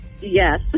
Yes